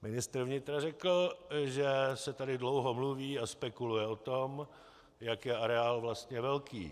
Ministr vnitra řekl, že se tady dlouho mluví a spekuluje o tom, jak je areál vlastně velký.